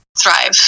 thrive